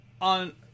on